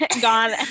Gone